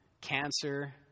cancer